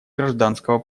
гражданского